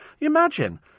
imagine